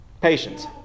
Patience